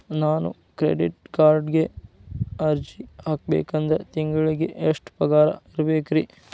ನಾನು ಕ್ರೆಡಿಟ್ ಕಾರ್ಡ್ಗೆ ಅರ್ಜಿ ಹಾಕ್ಬೇಕಂದ್ರ ತಿಂಗಳಿಗೆ ಎಷ್ಟ ಪಗಾರ್ ಇರ್ಬೆಕ್ರಿ?